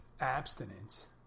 abstinence